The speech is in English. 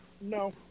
No